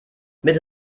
mit